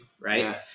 right